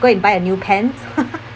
go and buy a new pants